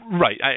Right